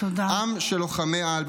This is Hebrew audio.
עם של לוחמי-על,